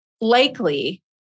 likely